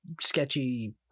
sketchy